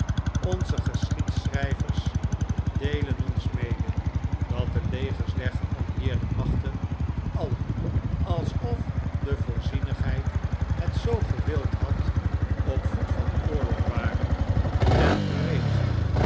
onze geschiedschrijvers deelen ons mede dat de legers der geallieerde machten alle alsof de voorzienigheid het zoo gewild had op voet van oorlog waren en gereed